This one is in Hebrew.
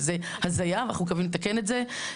שזה הזיה ואנחנו מקווים לתקן את זה.